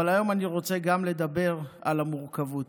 אבל היום אני רוצה גם לדבר על המורכבות.